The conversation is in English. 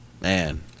Man